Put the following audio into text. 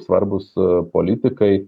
svarbūs politikai